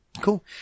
Cool